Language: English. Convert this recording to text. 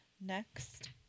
Next